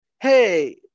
hey